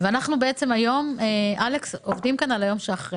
אנחנו עובדים כאן היום על היום שאחרי,